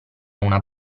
una